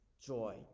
joy